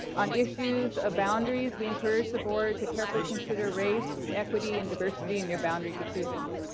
on issues of boundaries we encourage the board to carefully consider race, equity and diversity in your boundary decisions.